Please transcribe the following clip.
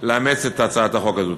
לאמץ את הצעת החוק הזאת.